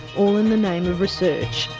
all in the name of research.